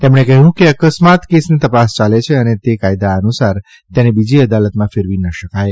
તેમણે કહ્યું કે અકસ્માત કેસની તપાસ ચાલે છે અને તે કાયદા અનુસાર તેને બીજી અદાલતમાં ફેરવી ન શકાય